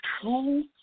true